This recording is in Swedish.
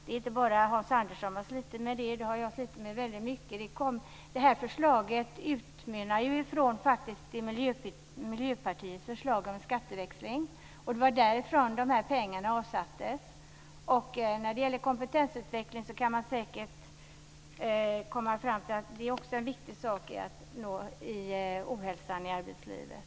Det är inte bara Hans Andersson som har slitit med det, utan det har också jag slitit med mycket. Förslaget utmynnar från Miljöpartiets förslag om skatteväxling. Det var därifrån pengarna avsattes. Man kan säkert komma fram till att även kompetensutveckling är en viktig sak i när det gäller ohälsan i arbetslivet.